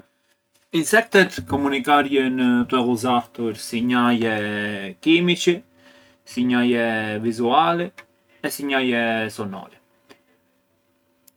Insektet komunikarjën tue ghuzartur sinjaje kimiçi, sinjaje vizuale e sinjaje sonore.